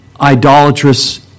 idolatrous